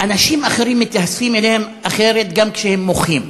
אנשים אחרים, מתייחסים אליהם אחרת גם כשהם מוחים.